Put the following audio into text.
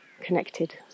connected